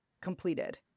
completed